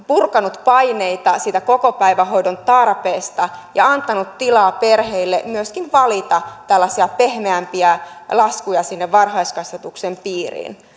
purkanut paineita siitä kokopäivähoidon tarpeesta ja antanut tilaa perheille myöskin valita tällaisia pehmeämpiä laskuja sinne varhaiskasvatuksen piiriin